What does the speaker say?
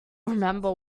remember